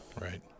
right